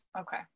okay